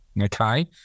Okay